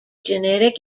genetic